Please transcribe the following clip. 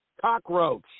cockroach